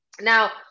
Now